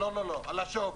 לא, על השווי.